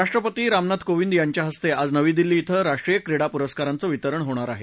राष्ट्रपती रामनाथ कोवींद यांच्या हस्ते आज नवी दिल्ली इथं राष्ट्रीय क्रीडा पुरस्काराचं वितरण होणार आहे